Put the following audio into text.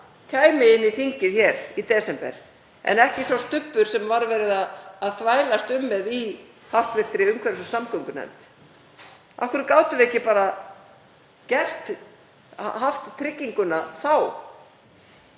kæmi inn í þingið hér í desember en ekki sá stubbur sem var verið að þvælast með í hv. umhverfis- og samgöngunefnd. Af hverju gátum við ekki bara haft trygginguna þá?